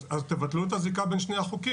אז תבטלו את הזיקה בין שני החוקים,